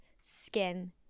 skin